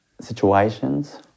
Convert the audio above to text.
situations